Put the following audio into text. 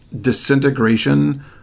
disintegration